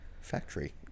factory